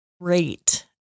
great